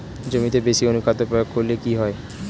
জমিতে বেশি অনুখাদ্য প্রয়োগ করলে কি হয়?